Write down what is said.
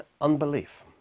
unbelief